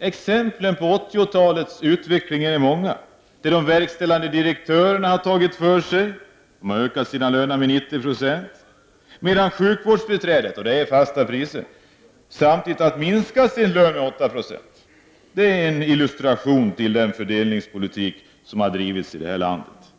Exemplen på 80-talets utveckling är många. De verkställande direktörerna har tagit för sig, de har ökat sina löner med 90 26 medan sjukvårdsbiträdena, räknat i fasta priser, samtidigt har minskat sin lön med 8 96. Detta är en illustration till den fördelningspolitik som har drivits i det här landet!